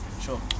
Sure